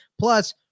Plus